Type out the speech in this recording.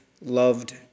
loved